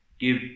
Give